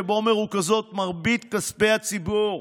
שבהן מרוכזים מרבית כספי הציבור,